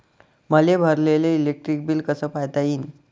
मले भरलेल electric bill कस पायता येईन?